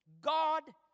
God